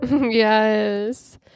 yes